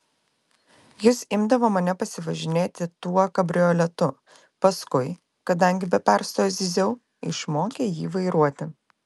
jis imdavo mane pasivažinėti tuo kabrioletu paskui kadangi be perstojo zyziau išmokė jį vairuoti